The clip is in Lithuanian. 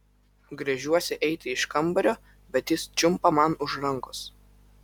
gręžiuosi eiti iš kambario bet jis čiumpa man už rankos